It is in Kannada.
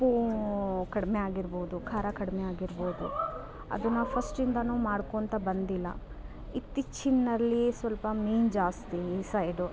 ಉಪ್ಪು ಕಡಿಮೆ ಆಗಿರ್ಬೌದು ಖಾರ ಕಡಿಮೆ ಆಗಿರ್ಬೌದು ಅದನ್ನ ಫಸ್ಟಿಂದ ಮಾಡ್ಕೊತ ಬಂದಿಲ್ಲ ಇತ್ತೀಚಿನಲ್ಲಿ ಸ್ವಲ್ಪ ಮೀನು ಜಾಸ್ತಿ ಈ ಸೈಡು